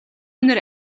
үнэр